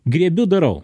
griebiu darau